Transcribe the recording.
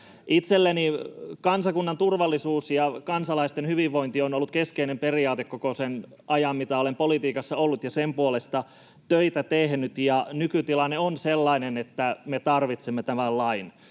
Itselleni kansakunnan turvallisuus ja kansalaisten hyvinvointi on ollut keskeinen periaate koko sen ajan, mitä olen politiikassa ollut, ja olen sen puolesta töitä tehnyt. Nykytilanne on sellainen, että me tarvitsemme tämän lain.